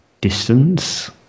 distance